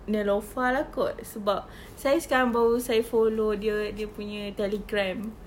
neelofah lah kot sebab saya sekarang baru saya follow dia dia punya telegram